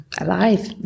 alive